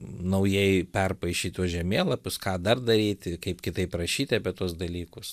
naujai perpaišyt tuos žemėlapius ką dar daryti kaip kitaip rašyti apie tuos dalykus